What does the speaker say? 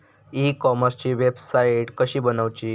E कॉमर्सची website कशी बनवची?